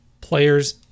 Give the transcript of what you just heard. players